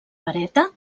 vareta